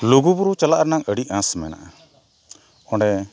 ᱞᱩᱜᱩᱵᱩᱨᱩ ᱪᱟᱞᱟᱜ ᱨᱮᱱᱟᱜ ᱟᱹᱰᱤ ᱟᱥ ᱢᱮᱱᱟᱜᱼᱟ ᱚᱸᱰᱮ